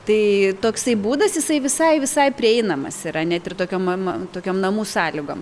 taai toksai būdas jisai visai visai prieinamas yra net ir tokiom ma ma tokiom namų sąlygom